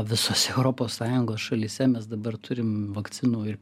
visose europos sąjungos šalyse mes dabar turim vakcinų ir